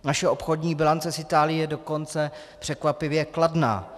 Naše obchodní bilance s Itálií je dokonce překvapivě kladná.